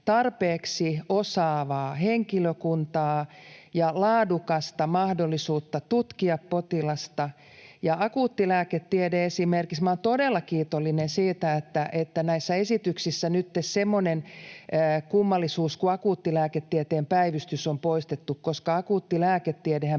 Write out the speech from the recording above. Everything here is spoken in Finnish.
osaavaa henkilökuntaa ja laadukas mahdollisuus tutkia potilasta. Akuuttilääketiede esimerkiksi: Minä olen todella kiitollinen siitä, että näissä esityksissä nytten semmoinen kummallisuus kuin akuuttilääketieteen päivystys on poistettu, koska akuuttilääketiedehän